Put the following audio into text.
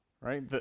right